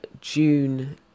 June